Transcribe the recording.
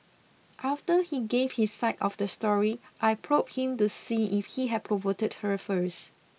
after he gave his side of the story I probed him to see if he had provoked her first